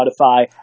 Spotify